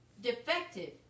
Defective